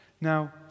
Now